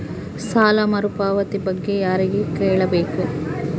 ಸಾಲ ಮರುಪಾವತಿ ಬಗ್ಗೆ ಯಾರಿಗೆ ಕೇಳಬೇಕು?